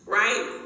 right